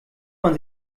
man